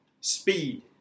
Speed